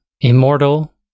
immortal